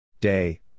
Day